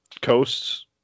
coasts